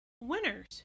winners